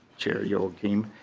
cheer youakim.